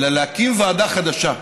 אלא להקים ועדה חדשה,